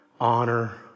Honor